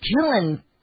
killing